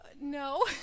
no